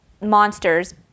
monsters